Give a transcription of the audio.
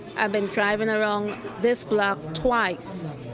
i've been driving around this block twice.